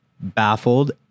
baffled